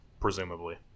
presumably